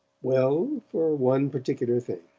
well, for one particular thing.